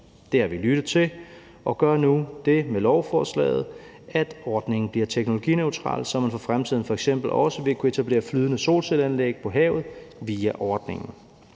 Det har vi lyttet til, og vi gør nu det med lovforslaget, at ordningen bliver teknologineutral, så man for fremtiden f.eks. også vil kunne etablere flydende solcelleanlæg på havet via ordningen.